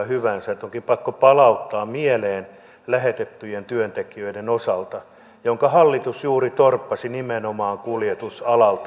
on toki pakko palauttaa mieleen asia lähetettyjen työntekijöiden osalta jonka hallitus juuri torppasi nimenomaan kuljetusalalta